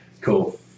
Cool